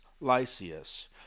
Lysias